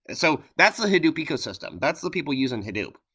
and so that's the hadoop ecosystem, that's the people using hadoop.